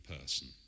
person